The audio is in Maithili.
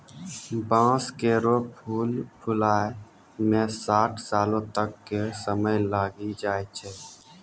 बांस केरो फूल फुलाय म साठ सालो तक क समय लागी जाय छै